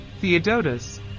Theodotus